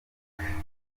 facebook